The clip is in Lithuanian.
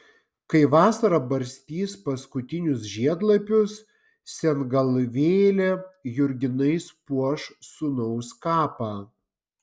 kai vasara barstys paskutinius žiedlapius sengalvėlė jurginais puoš sūnaus kapą